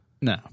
No